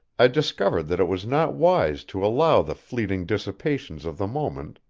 i discovered that it was not wise to allow the fleeting dissipations of the moment,